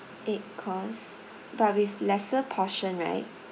eight course but with lesser portion right